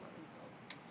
um